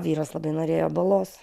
vyras labai norėjo balos